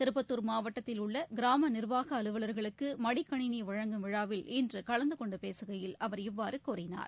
திருப்பத்தூர் மாவட்டத்தில் உள்ள கிராம நிர்வாக அலுவலர்களுக்கு மடிக்கணினி வழங்கும் விழாவில் இன்று கலந்து கொண்டு பேசுகையில் அவர் இவ்வாறு கூறினார்